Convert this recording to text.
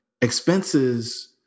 expenses